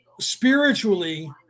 spiritually